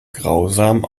grausam